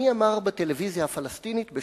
מי אמר בטלוויזיה הפלסטינית,